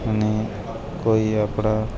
અને કોઈ આપણા